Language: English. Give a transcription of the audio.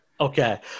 okay